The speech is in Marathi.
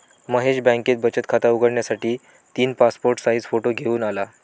महेश बँकेत बचत खात उघडण्यासाठी तीन पासपोर्ट साइज फोटो घेऊन आला